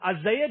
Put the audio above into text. Isaiah